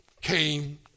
came